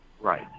Right